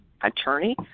attorney